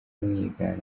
kumwigana